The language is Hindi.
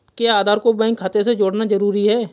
क्या आधार को बैंक खाते से जोड़ना जरूरी है?